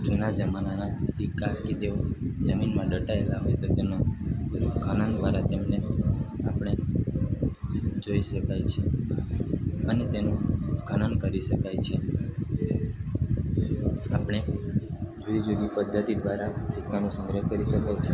જૂના જમાનાના સિક્કા કે જેઓ જમીનમાં દટાયેલા હોય તો તેનું ખનન દ્વારા તેમને આપણે જોઈ શકાય છે અને તેનું ખનન કરી શકાય છે આપણે જુદી જુદી પદ્ધતિ દ્વારા સિક્કાનું સંગ્રહ કરી શકાય છે